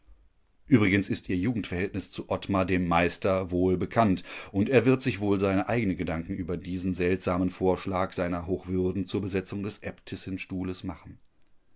übrigens ist ihr jugendverhältnis zu ottmar dem meister wohlbekannt und er wird sich wohl seine eigenen gedanken über diesen seltsamen vorschlag seiner hochwürden zur besetzung des äbtissinstuhles machen